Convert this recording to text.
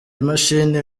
imashini